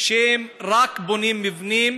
שרק בונים מבנים